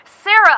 Sarah